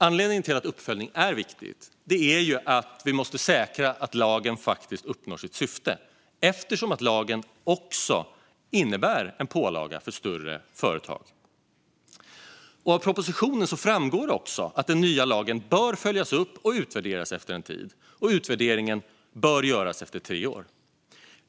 Anledningen till att uppföljning är viktigt är att vi måste säkra att lagen faktiskt uppnår sitt syfte eftersom lagen också innebär en pålaga för större företag. Av propositionen framgår det också att den nya lagen bör följas upp och utvärderas efter en tid. Denna utvärdering bör göras efter tre år.